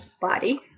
Body